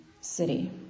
city